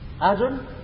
Adam